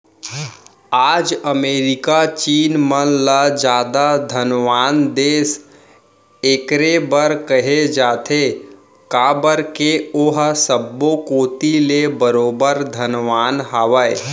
आज अमेरिका चीन मन ल जादा धनवान देस एकरे बर कहे जाथे काबर के ओहा सब्बो कोती ले बरोबर धनवान हवय